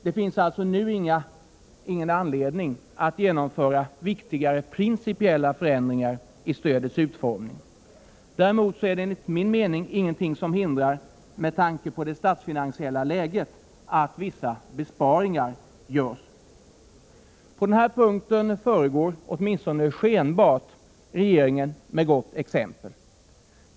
Det finns alltså nu ingen anledning att genomföra viktigare principiella förändringar i stödets utformning. Däremot är det enligt min mening ingenting som hindrar, med tanke på det statsfinansiella läget, att vissa besparingar görs. På denna punkt föregår, åtminstone skenbart, regeringen med gott exempel.